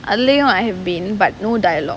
அதுலையும்:athulaiyum I have been but no dialogue